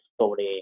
sobre